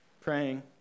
praying